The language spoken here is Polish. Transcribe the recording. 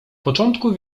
początku